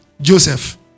Joseph